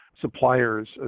suppliers